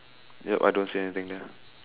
yup I don't see anything ya